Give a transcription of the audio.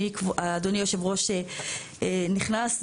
אדוני יושב ראש נכנס,